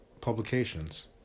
publications